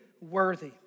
worthy